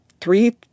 three